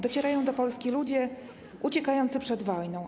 Docierają do Polski ludzie uciekający przed wojną.